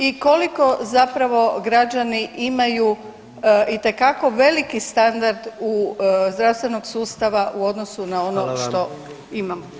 I koliko zapravo građani imaju itekako veliki standard zdravstvenog sustava u odnosu na ono što imamo?